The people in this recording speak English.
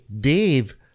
Dave